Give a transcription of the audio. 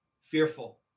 Fearful